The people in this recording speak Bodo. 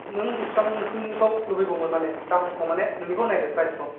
नों बिसिबांसिमनिखौ लुबैगौमोन माने दामखौ माने नोंनिखौ नायदो प्राइसखौ